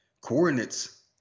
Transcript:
Coordinates